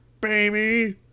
baby